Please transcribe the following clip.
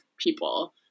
people